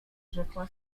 rzekła